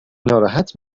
ناراحت